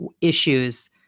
issues